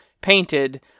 painted